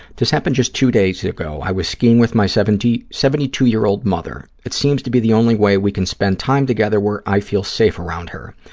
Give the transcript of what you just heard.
this happened just two days ago. i was skiing with my seventy seventy two year old mother. it seems to be the only way we can spend time together where i feel safe around her.